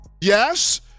Yes